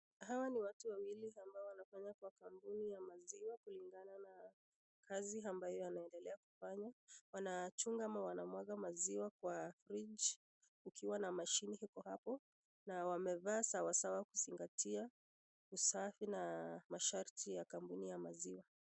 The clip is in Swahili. Hawa ni watu wawili ambao wanafanya kwa kampuni ya maziwa kulingana na kazi ambayo wanaendelea kufanya. Wanachunga ama wanamwaga maziwa kwa friji kukiwa na mashine iko hapo na wamevaa sawasawa kuzingatia usafi na masharti ya kampuni ya maziwa.